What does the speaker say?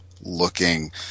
looking